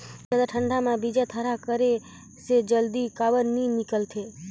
जादा ठंडा म बीजा थरहा करे से जल्दी काबर नी निकलथे?